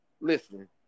listen